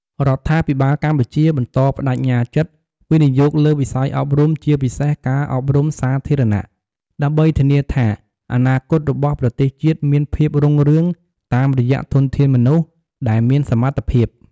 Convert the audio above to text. រដ្ឋាភិបាលកម្ពុជាបន្តប្តេជ្ញាចិត្ត វិនិយោគលើវិស័យអប់រំ ជាពិសេសការអប់រំសាធារណៈ ដើម្បីធានាថាអនាគតរបស់ប្រទេសជាតិមានភាពរុងរឿងតាមរយៈធនធានមនុស្សដែលមានសមត្ថភាព។